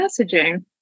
messaging